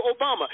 Obama